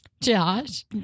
Josh